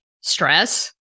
stress